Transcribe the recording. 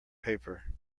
paper